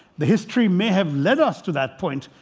the history may have lead us to that point.